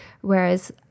Whereas